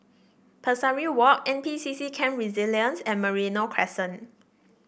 Pesari Walk N P C C Camp Resilience and Merino Crescent